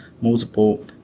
multiple